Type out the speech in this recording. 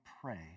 pray